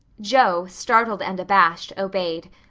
joe startled and abashed, obeyed.